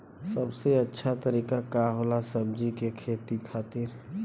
सबसे अच्छा तरीका का होला सब्जी के खेती खातिर?